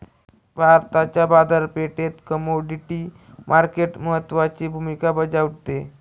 भारताच्या बाजारपेठेत commodity market महत्त्वाची भूमिका बजावते